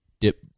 dip